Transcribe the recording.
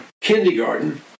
kindergarten